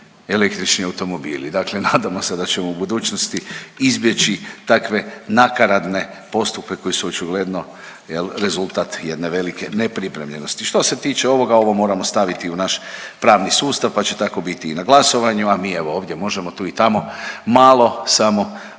električni automobili. Dakle nadamo se da ćemo u budućnosti izbjeći takve nakaradne postupke koji su očigledno jel rezultat jedne velike nepripremljenosti. Što se tiče ovoga ovo moramo staviti u naš pravni sustav, pa će tako biti i na glasovanju, a mi evo ovdje možemo tu i tamo malo samo